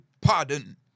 pardon